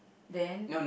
then